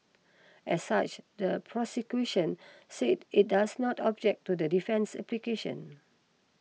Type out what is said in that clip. as such the prosecution said it does not object to the defence's application